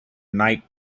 night